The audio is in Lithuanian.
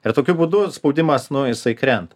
ir tokiu būdu spaudimas nu jisai krenta